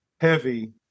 heavy